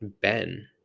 Ben